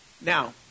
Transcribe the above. Now